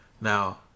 Now